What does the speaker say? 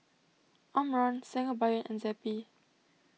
Omron Sangobion and Zappy